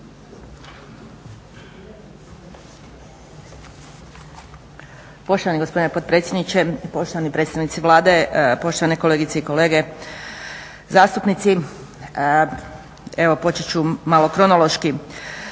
počet ću malo kronološki.